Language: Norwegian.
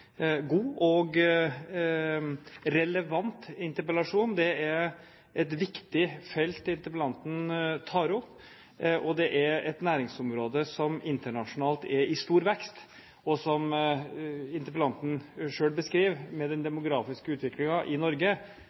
god og relevant interpellasjon. Det er et viktig felt interpellanten tar opp, og det er et næringsområde som internasjonalt er i stor vekst, og som interpellanten selv beskriver, som med den demografiske utviklingen i Norge